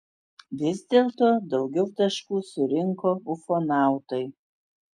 vis dėlto daugiau taškų surinko ufonautai